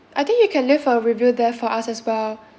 I think you can leave a review there for us as well